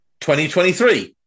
2023